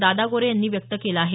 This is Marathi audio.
दादा गोरे यांनी व्यक्त केला आहे